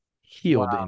Healed